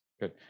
Good